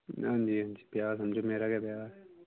हां जी हां जी ब्याह समझो मेरा गै ब्याह् ऐ